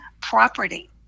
property